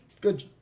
good